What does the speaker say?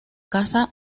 casa